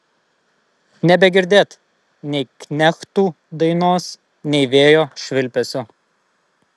nebegirdėt nei knechtų dainos nei vėjo švilpesio